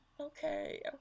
Okay